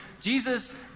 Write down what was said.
Jesus